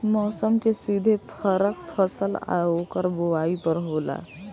मौसम के सीधे फरक फसल आ ओकर बोवाई पर होला